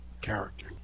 character